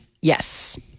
Yes